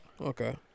Okay